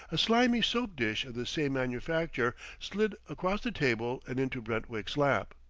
a slimy soap-dish of the same manufacture slid across the table and into brentwick's lap.